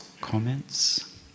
comments